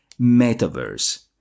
metaverse